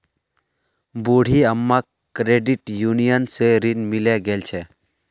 बूढ़ी अम्माक credit union स ऋण मिले गेल छ